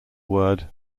word